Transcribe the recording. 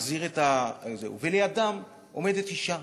ולידם עומדת אישה